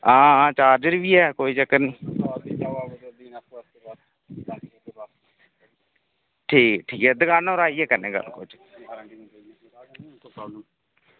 आं चार्जर बी ऐ कोई चक्कर निं ठीक ऐ ठीक ऐ दुकानै पर आह्नियै करने आं गल्ल कोई चक्कर निं